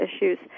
issues